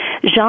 Jean